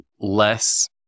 less